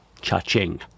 cha-ching